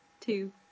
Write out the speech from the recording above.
two